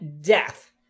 death